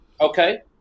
okay